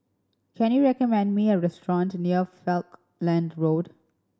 can you recommend me a restaurant near Falkland Road